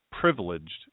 privileged